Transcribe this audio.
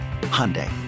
Hyundai